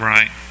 Right